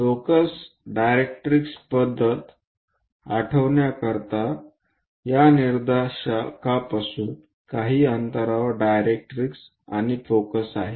focus directrix पद्धत आठवण्याकरता या निर्देशिकेपासून काही अंतरावर डायरेक्ट्रिक्स आणि फोकस आहे